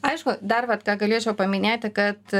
aišku dar vat ką galėčiau paminėti kad